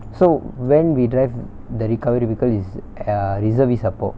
so when we drive the recovery vehicle is err reservist அப்போ:appo